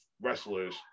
wrestlers